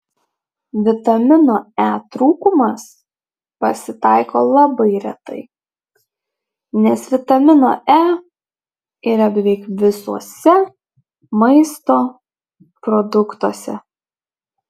vitamino e trūkumas pasitaiko labai retai nes vitamino e yra beveik visuose maisto produktuose